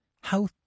How